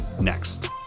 next